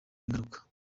ingaruka